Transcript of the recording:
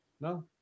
No